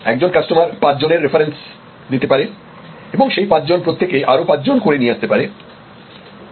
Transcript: একজন কাস্টমার পাঁচজনের রেফারেন্স দিতে পারে এবং সেই পাঁচজন প্রত্যেকে আরো পাঁচজন করে নিয়ে আসতে পারে